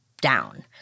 down